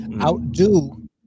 Outdo